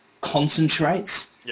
concentrates